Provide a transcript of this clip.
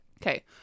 okay